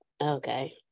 Okay